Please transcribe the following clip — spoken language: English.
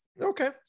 Okay